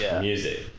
music